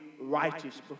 righteous